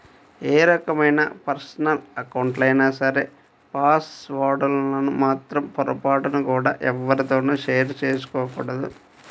ఏ రకమైన పర్సనల్ అకౌంట్లైనా సరే పాస్ వర్డ్ లను మాత్రం పొరపాటున కూడా ఎవ్వరితోనూ షేర్ చేసుకోకూడదు